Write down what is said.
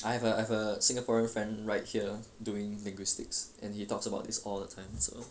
I have I a have a singaporean friend right here doing linguistics and he talks about this all the time so